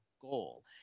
goal